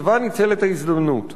הצבא ניצל את ההזדמנות.